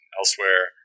elsewhere